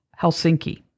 Helsinki